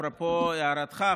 אפרופו הערתך,